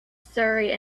surrey